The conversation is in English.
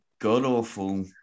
god-awful